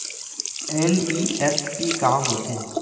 NEFT का होथे?